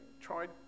tried